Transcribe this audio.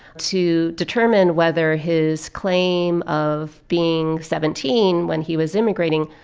to determine whether his claim of being seventeen, when he was immigrating,